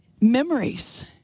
Memories